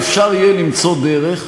כי אחרת אי-אפשר לנהל את